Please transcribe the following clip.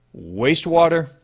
wastewater